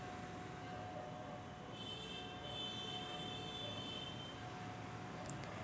सोयाबीनले लयमोठे फुल यायले काय करू?